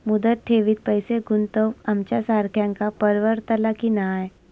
मुदत ठेवीत पैसे गुंतवक आमच्यासारख्यांका परवडतला की नाय?